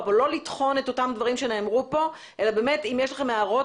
ונתחדשה בשעה 15:21.